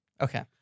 Okay